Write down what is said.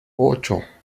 ocho